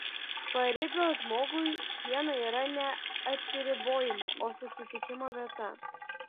paribio žmogui siena yra ne atsiribojimo o susitikimo vieta